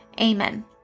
Amen